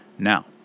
Now